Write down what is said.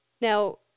Now